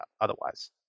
otherwise